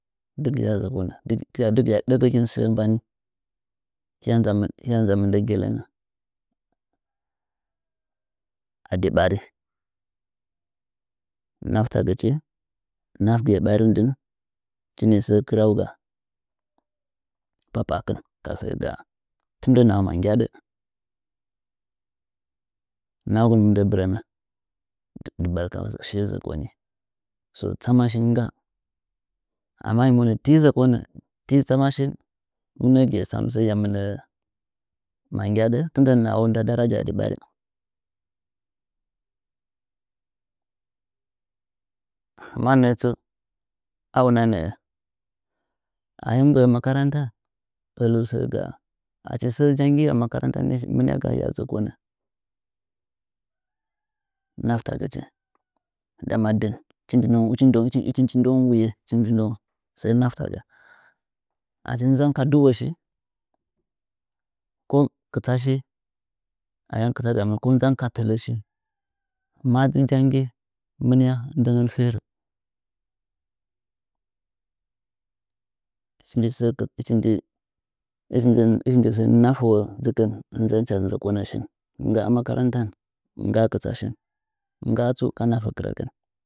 dɨgɨya dɚkɚkɨh sɚ mbani hɨya nza mɨndɚ gellengen adi ɓarih dɨn hɨchɨnɨ sɚ kɨryau ga papa akɨn kasɚ gaa tɨmɨndɚ nahah ma gyaɗɚ naha gɨmɨn mɨndɚ bɨrɚmɚ dɨbarka shiye zɚkoni so tsama shin ngga amma ahim monɚti zɚkonɚ tɨ tsama shin mɨnɚgɨye sam sɚ hɨya mɨnɚɚ magyaɗɚ tɨmɨndɚ nahau nda da raja mantsu a una nɚɚ ahim mgbɚɚ makaranta ɚlu sɚ gaa achi sɚ janggi a makaranta ni mɨniagaa hɨya zɚkonɚ naftagichi ndama ‘’ndin hɨchi nji ndoung hɨchi hɨchi ndou ndoung wuye hɨchi njirdoung sɚ naf taga achi nzɚoung ka dɨoshi ko kɨtsa shi ayam kɨtsa gamɨ konzan ka tɚlɚ shi maji jangi mɨna nde ngɚn fere hɨchi nji sɚ ‘’hɨch nji hɨchi’’ nji sɚ nafuwo ɨnzɚn ka zɚkonɚ shin ngga makaranta ngga kɨtsa shin ngga tsuana fakragan.